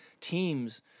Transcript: teams